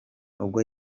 ubwo